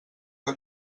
que